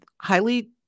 highly